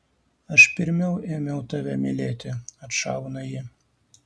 aš pirmiau ėmiau tave mylėti atšauna ji